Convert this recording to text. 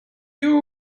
you